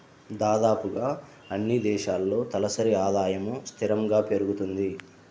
దాదాపుగా అన్నీ దేశాల్లో తలసరి ఆదాయము స్థిరంగా పెరుగుతుంది